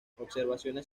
observaciones